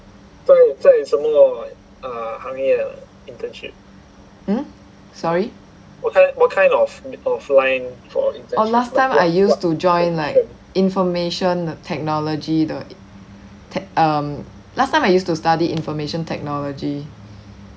hmm sorry oh last time I used to join like information technology the um last time I used to study information technology